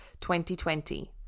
2020